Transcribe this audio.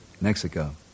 Mexico